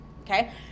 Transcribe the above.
Okay